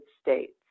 States